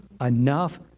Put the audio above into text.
enough